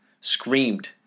screamed